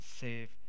save